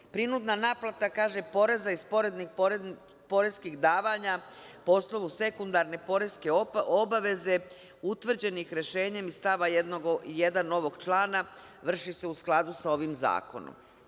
Kaže - prinudna naplata poreza iz poreskih davanja po osnovu sekundarne poreske obaveze utvrđenih rešenjem iz stava 1. ovog člana vrši se u skladu sa ovim zakonom.